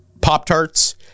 Pop-Tarts